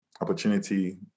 opportunity